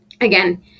again